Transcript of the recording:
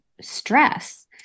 stress